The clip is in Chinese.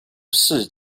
市郊